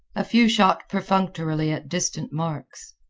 a few shot perfunctorily at distant marks.